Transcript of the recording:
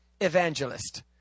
evangelist